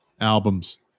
albums